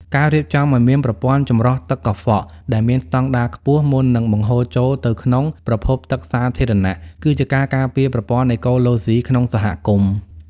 ការរៀបចំឱ្យមានប្រព័ន្ធចម្រោះទឹកកខ្វក់ដែលមានស្ដង់ដារខ្ពស់ មុននឹងបង្ហូរចូលទៅក្នុងប្រភពទឹកសាធារណៈ គឺជាការការពារប្រព័ន្ធអេកូឡូស៊ីក្នុងសហគមន៍។